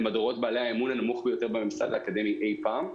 הם הדורות בעלי האמון הנמוך ביותר בממסד האקדמי אי-פעם.